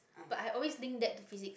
but i always link that to physics